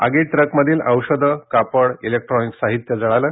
आगीत ट्रकमधील औषधं कापड इलेक्ट्रॉनिक्स साहित्य जळालं